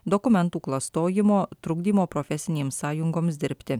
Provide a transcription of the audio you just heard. dokumentų klastojimo trukdymo profesinėms sąjungoms dirbti